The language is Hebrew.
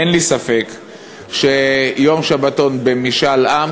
אין לי ספק שיום שבתון במשאל עם,